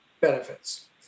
benefits